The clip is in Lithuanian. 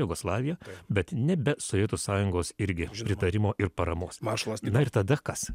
jugoslavija bet nebe sovietų sąjungos irgi pritarimo ir paramos na ir tada kas